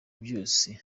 byose